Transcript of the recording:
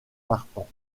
partant